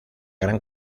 gran